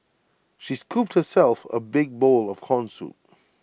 she scooped herself A big bowl of Corn Soup